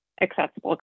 accessible